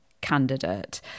candidate